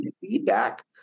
feedback